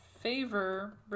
favor